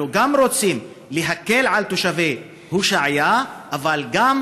אנחנו רוצים גם להקל על תושבי הושעיה אבל גם